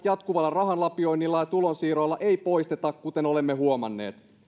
jatkuvalla rahan lapioinnilla ja tulonsiirroilla kuten olemme huomanneet